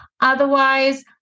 Otherwise